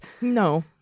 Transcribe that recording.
No